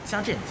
xia jun